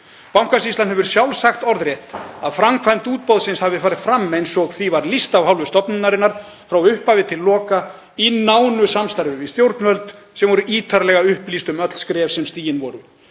Bankasýslan hefur sjálf sagt orðrétt að framkvæmd útboðsins hafi farið fram eins og því var lýst af hálfu stofnunarinnar frá upphafi til loka í nánu samstarfi við stjórnvöld sem voru ítarlega upplýst um öll skref sem stigin voru.